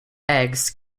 eggs